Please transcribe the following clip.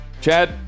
Chad